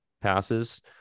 passes